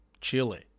Chile